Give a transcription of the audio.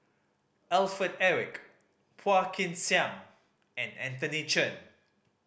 Alfred Eric Phua Kin Siang and Anthony Chen